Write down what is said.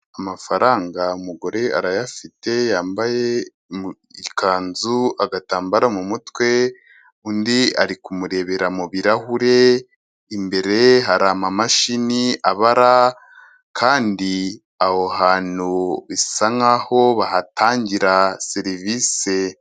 Amafaranga umugore arayafite, yambaye ikanzu, agatambaro mu mutwe; undi ari kumurebera mu birahure, imbere hari amamashini abara, kandi aho hantu bisa nk'aho bahatangira serivisi.